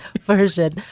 version